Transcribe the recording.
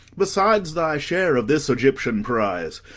besides thy share of this egyptian prize,